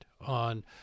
on